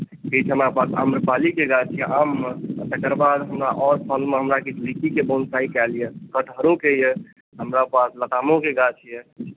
हमरा पास आम्रपलीके गाछ छै आममे तकर बाद आओर फलमे हमरा किछु लीचीके बोनसाइ कयल यए कटहरोके यए हमरा पास लतामोके गाछ यए